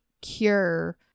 cure